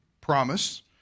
promise